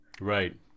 Right